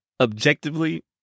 Objectively